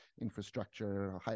infrastructure